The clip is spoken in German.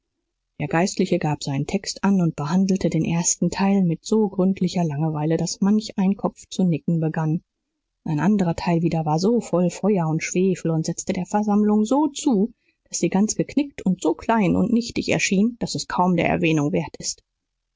der geistliche gab seinen text an und behandelte den ersten teil mit so gründlicher langweile daß manch ein kopf zu nicken begann ein anderer teil wieder war so voll feuer und schwefel und setzte der versammlung so zu daß sie ganz geknickt und so klein und nichtig erschien daß es kaum der erwähnung wert ist